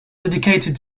dedicated